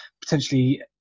potentially